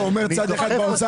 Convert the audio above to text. הוא אומר: צד אחד באוצר,